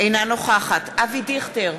אינה נוכחת אבי דיכטר,